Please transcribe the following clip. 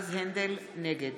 נגד